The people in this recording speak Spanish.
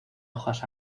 hojas